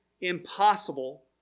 impossible